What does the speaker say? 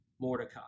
Mordecai